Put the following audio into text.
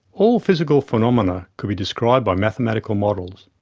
all physical phenomena could be described by mathematical models.